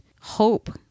hope